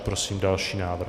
Prosím další návrh.